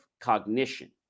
cognition